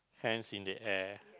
hands in the air